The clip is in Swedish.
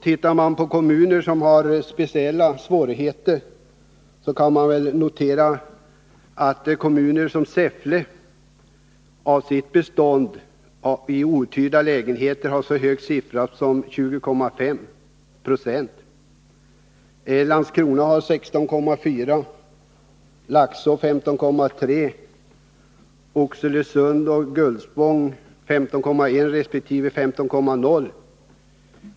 Tittar man på kommuner som har speciella svårigheter kan man notera att t.ex. Säffles bestånd av outhyrda lägenheter uppgår till 20,5 96. Landskrona har 16,4 20, Laxå 15,3 20, Oxelösund 15,1 96 och Gullspång 15,0 26.